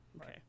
Okay